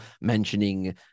mentioning